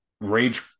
rage